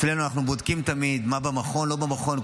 אנחנו, אצלנו בודקים תמיד מה במכון, לא במכון.